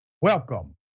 welcome